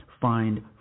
find